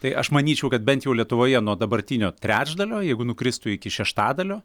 tai aš manyčiau kad bent jau lietuvoje nuo dabartinio trečdalio jeigu nukristų iki šeštadalio